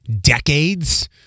decades